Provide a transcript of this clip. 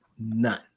None